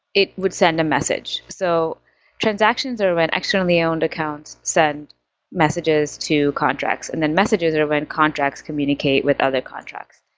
it would send a message. so transactions are when externally owned accounts send messages to contracts, and then messages are when contracts communicate with other contracts.